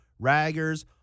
raggers